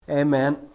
Amen